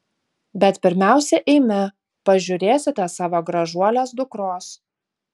bet pirmiausia eime pažiūrėsite savo gražuolės dukros